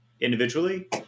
individually